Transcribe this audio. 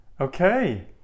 Okay